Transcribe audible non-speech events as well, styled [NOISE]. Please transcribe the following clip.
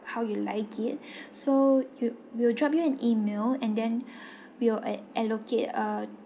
how you like it [BREATH] so you we'll drop you an E-mail and then [BREATH] we'll at~ allocate a